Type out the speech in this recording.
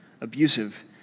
abusive